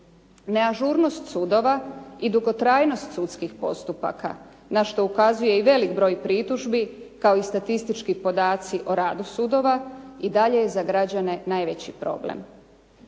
Neažurnost sudova i dugotrajnost sudskih postupaka na što ukazuje i velik broj pritužbi kao i statistički podaci o radu sudova i dalje je za građane najveći problem.